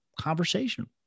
conversation